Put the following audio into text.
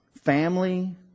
family